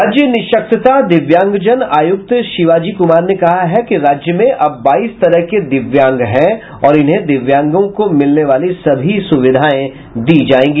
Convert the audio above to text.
राज्य निःशक्तता दिव्यांगजन आयुक्त शिवाजी कुमार ने कहा है कि राज्य में अब बाईस तरह के दिव्यांग हैं और इन्हें दिव्यांग को मिलने वाली सभी सुविधाएं दी जायेंगी